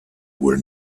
were